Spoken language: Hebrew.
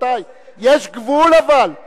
אלוהים ישמור, שזה לא קרה.